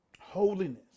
holiness